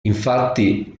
infatti